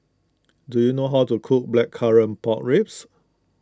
do you know how to cook Blackcurrant Pork Ribs